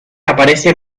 aparece